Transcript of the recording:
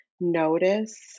notice